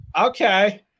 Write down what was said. okay